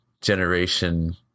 generation